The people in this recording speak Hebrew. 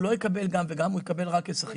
הוא לא יקבל גם וגם, הוא יקבל רק כשכיר.